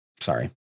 Sorry